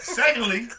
secondly